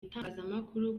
itangazamakuru